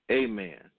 amen